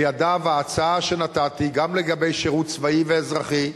בידיו ההצעה שנתתי גם לגבי שירות צבאי ואזרחי,